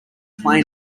play